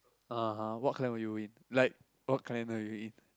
(uh huh) what clan were you in like what clan are you in